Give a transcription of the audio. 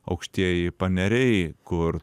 aukštieji paneriai kur